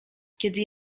kiedy